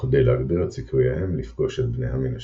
וכדי להגביר את סיכוייהם לפגוש את בני המין השני.